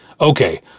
Okay